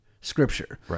Scripture